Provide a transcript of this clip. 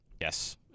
yes